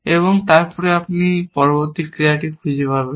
এবং তারপরে আপনি পরবর্তী ক্রিয়াটি খুঁজে পাবেন